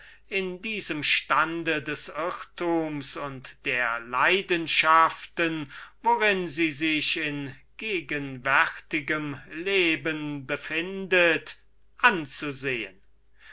in diesem stande des irrtums und der leidenschaften worin sie sich befindet anzusehen